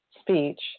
speech